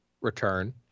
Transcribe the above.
return